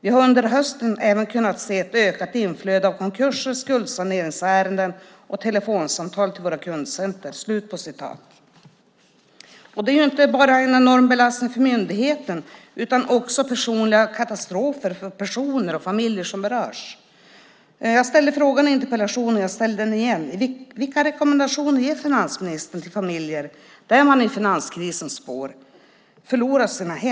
Vi har under hösten även kunnat se ett ökat inflöde av konkurser, skuldsaneringsärenden och telefonsamtal till vårt kundcenter." Det är inte bara en enorm belastning för myndigheten, utan det innebär också personliga katastrofer för personer och familjer som berörs. Jag ställde frågan i interpellationen, och jag ställer den igen: Vilka rekommendationer ger finansministern till familjer som förlorar sina hem i finanskrisens spår?